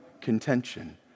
contention